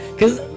cause